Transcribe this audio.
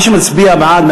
מי שמצביע בעד,